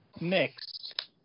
mixed